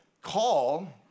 call